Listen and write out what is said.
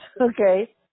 okay